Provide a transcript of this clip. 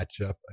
matchup